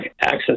access